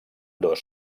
dos